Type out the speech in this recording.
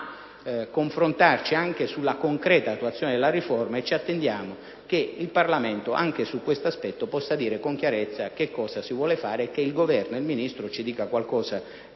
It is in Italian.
confrontarci anche sulla concreta attuazione della riforma e ci attendiamo che il Parlamento, anche su questo aspetto, possa dire con chiarezza che cosa si vuole fare e che il Governo e il Ministro ci dicano qualcosa